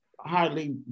hardly